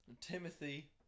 Timothy